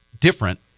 different